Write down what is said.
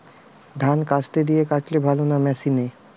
ধান কাস্তে দিয়ে কাটলে ভালো না মেশিনে?